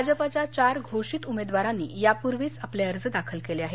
भाजपच्या चार घोषित उमेदवारांनी यापूर्वीच आपले अर्ज दाखल केले आहेत